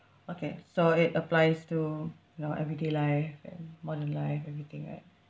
okay so it applies to your everyday life and modern life everything right